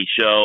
show